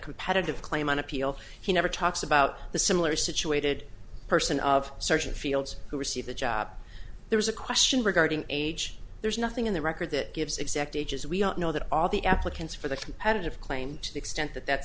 competitive claim on appeal he never talks about the similar situated person of sergeant fields who receive the job there is a question regarding age there's nothing in the record that gives exact age as we know that all the applicants for the competitive claim to the extent that that's